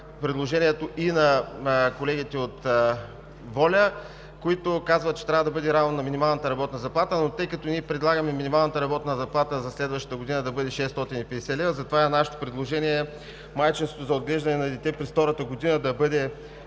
предложението и на колегите от „Воля“, които казват, че трябва да бъде равно на минималната работна заплата, но тъй като ние предлагаме минималната работна заплата за следващата година да бъде 650 лв., затова нашето предложение е майчинството за отглеждане на дете през втората година да бъде